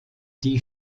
die